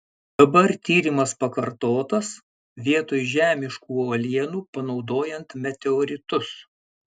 dabar tyrimas pakartotas vietoj žemiškų uolienų panaudojant meteoritus